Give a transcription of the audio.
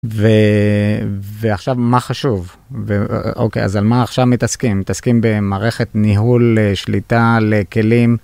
ועכשיו, מה חשוב? אוקיי, אז על מה עכשיו מתעסקים? מתעסקים במערכת ניהול שליטה לכלים?